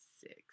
Six